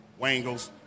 wangles